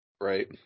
Right